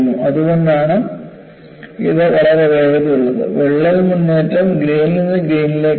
അതുകൊണ്ടാണ് ഇത് വളരെ വേഗതയുള്ളത് വിള്ളൽ മുന്നേറ്റം ഗ്രേനിൽ നിന്ന് ഗ്രേനിലേക്ക് ആണ്